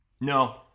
No